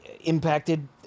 impacted